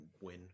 win